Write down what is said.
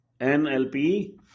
NLP